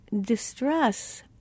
distress